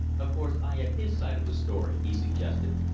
of course i have his side of the story, he suggested,